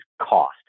cost